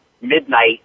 midnight